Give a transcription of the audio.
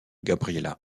gabriela